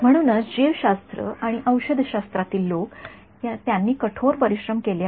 म्हणूनच जीवशास्त्र आणि औषधशास्त्रातील लोक त्यांनी कठोर परिश्रम केले आहेत